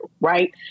right